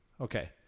Okay